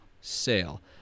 sale